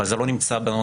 אבל זה לא נמצא בנוסח.